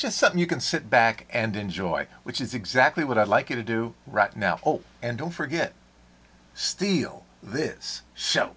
just something you can sit back and enjoy which is exactly what i'd like you to do right now and don't forget steal this s